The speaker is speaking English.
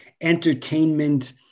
entertainment